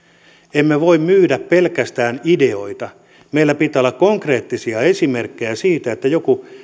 emme voi myydä pelkästään ideoita meillä pitää olla konkreettisia esimerkkejä siitä että joku